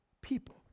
people